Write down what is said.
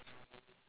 ya